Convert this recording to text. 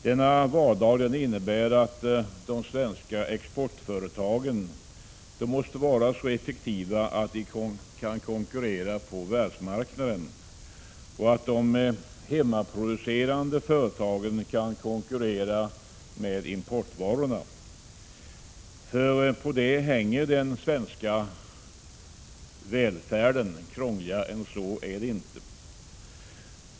Denna vardag innebär att de svenska exportföretagen måste vara så effektiva att de kan konkurrera på världsmarknaden och att de hemmaproducerande företagens produkter kan konkurrera med importvarorna. På detta hänger den svenska välfärden. Krångligare än så är det inte.